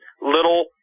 little